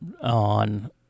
on